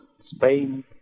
Spain